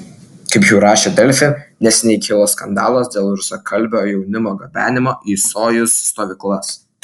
kaip jau rašė delfi neseniai kilo skandalas dėl rusakalbio jaunimo gabenimo į sojuz stovyklas